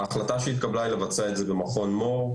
ההחלטה שהתקבלה היא לבצע את זה במכון מור.